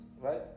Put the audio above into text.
right